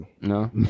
No